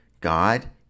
God